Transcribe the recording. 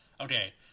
Okay